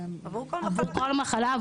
עבור כל התמודדות,